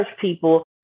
people